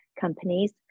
companies